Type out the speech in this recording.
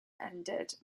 ended